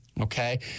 Okay